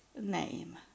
name